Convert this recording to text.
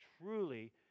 truly